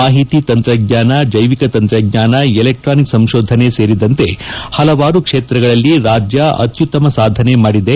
ಮಾಹಿತಿ ತಂತ್ರಜ್ಞಾನ ಜ್ಯೆವಿಕ ತಂತ್ರಜ್ಞಾನ ಎಲೆಕ್ಸಾನಿಕ್ ಸಂಶೋಧನೆ ಸೇರಿದಂತೆ ಹಲವಾರು ಕ್ಷೇತ್ರಗಳಲ್ಲಿ ರಾಜ್ಯ ಅತ್ಯುತ್ತಮ ಸಾಧನೆ ಮಾಡಿದೆ